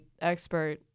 expert